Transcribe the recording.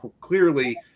clearly